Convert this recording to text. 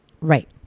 Right